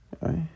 Right